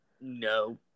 No